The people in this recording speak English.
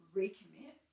recommit